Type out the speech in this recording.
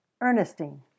Ernestine